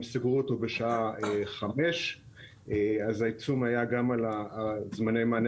הם סגרו אותו בשעה 17:00. אז העיצום היה גם על זמני המענה